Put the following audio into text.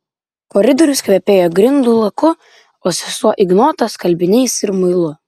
koridorius kvepėjo grindų laku o sesuo ignota skalbiniais ir muilu